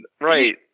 right